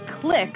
click